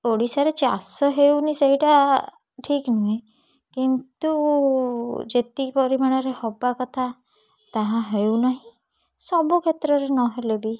ଓଡ଼ିଶାରେ ଚାଷ ହେଉନି ସେଇଟା ଠିକ୍ ନୁହେଁ କିନ୍ତୁ ଯେତିକି ପରିମାଣରେ ହବା କଥା ତାହା ହେଉ ନାହିଁ ସବୁ କ୍ଷେତ୍ରରେ ନହେଲେ ବି